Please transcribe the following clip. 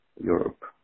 Europe